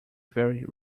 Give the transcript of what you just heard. very